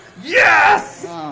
Yes